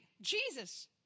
Jesus